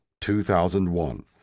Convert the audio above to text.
2001